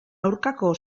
aurkako